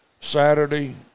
Saturday